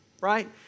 Right